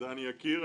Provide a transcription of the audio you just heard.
דן יקיר,